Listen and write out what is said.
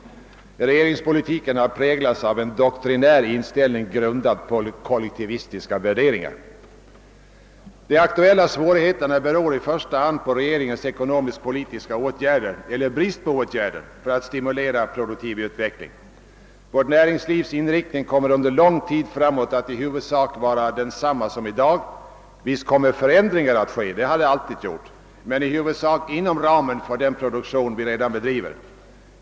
Regeringspolitiken har präglats av en doktrinär inställning, grundad på <kollektivistiska värderingar. De aktuella svårigheterna beror i första hand på regeringens ekonomiskpolitiska åtgärder eller brist på åtgärder för att stimulera produktiv utveckling. Vårt näringslivs inriktning kommer under lång tid framåt att i huvudsak vara densamma som i dag. Visst kommer förändringar att ske — det har det alltid gjort — men i huvudsak inom ramen för den produktion vi redan bedriver.